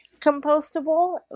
compostable